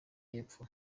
y’epfo